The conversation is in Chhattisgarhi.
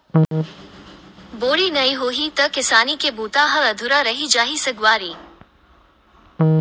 बोरी नइ होही त किसानी के बूता ह अधुरा रहि जाही सगवारी